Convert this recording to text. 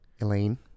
Elaine